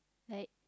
like